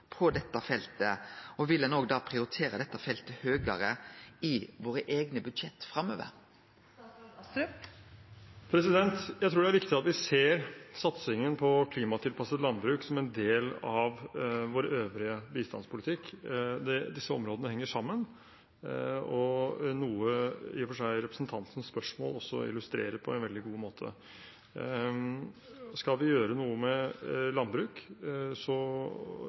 på dette feltet, og vil ein prioritere dette feltet høgare i våre eigne budsjett framover? Jeg tror det er viktig at vi ser satsingen på klimatilpasset landbruk som en del av vår øvrige bistandspolitikk. Disse områdene henger sammen, noe i og for seg representantens spørsmål illustrerer på en veldig god måte. Skal vi gjøre noe med landbruk,